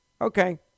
Okay